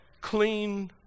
clean